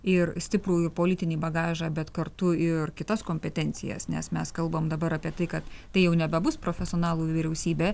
ir stiprų politinį bagažą bet kartu ir kitas kompetencijas nes mes kalbam dabar apie tai kad tai jau nebebus profesionalų vyriausybė